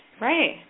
right